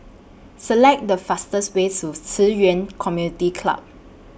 Select The fastest Way to Ci Yuan Community Club